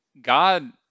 God